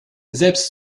selbst